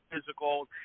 physical